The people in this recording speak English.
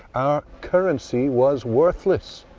our currency was worthless.